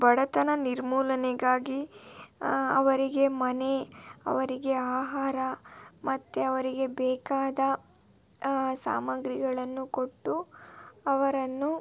ಬಡತನ ನಿರ್ಮೂಲನೆಗಾಗಿ ಅವರಿಗೆ ಮನೆ ಅವರಿಗೆ ಆಹಾರ ಮತ್ತು ಅವರಿಗೆ ಬೇಕಾದ ಸಾಮಗ್ರಿಗಳನ್ನು ಕೊಟ್ಟು ಅವರನ್ನು